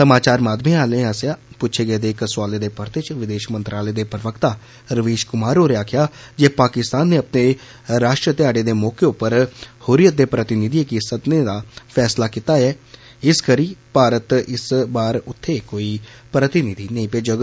समाचार माध्यमें आले आस्सेआ पुच्छे गेदे इक सुआलै दे परते च विदेष मंत्रालय दे प्रवक्ता रवीष कुमार होरें आकखेआ जे पाकिस्तान ने अपने राश्ट्र ध्याढ़े दे मौके पर हुर्रीयत दे प्रतिनिधिएं गी सदने दा फैसला कीता ऐ इस करी भारत इस बार उत्थे कोई प्रतिनिधि नेईं भेजोग